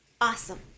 Awesome